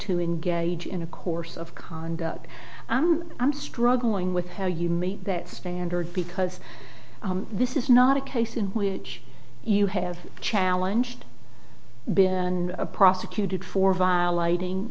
to engage in a course of conduct i'm struggling with how you meet that standard because this is not a case in which you have challenged been prosecuted for violating